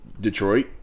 Detroit